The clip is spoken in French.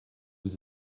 vous